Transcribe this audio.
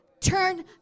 Turn